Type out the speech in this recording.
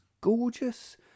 gorgeous